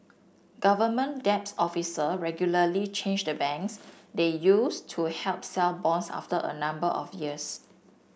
government officer regularly change the banks they use to help sell bonds after a number of years